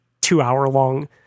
two-hour-long